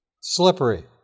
slippery